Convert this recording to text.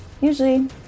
usually